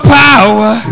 power